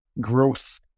growth